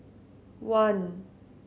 one